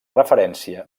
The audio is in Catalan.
referència